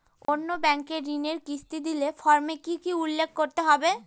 অন্য ব্যাঙ্কে ঋণের কিস্তি দিলে ফর্মে কি কী উল্লেখ করতে হবে?